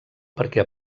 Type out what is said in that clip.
perquè